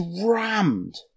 rammed